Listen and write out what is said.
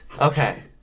Okay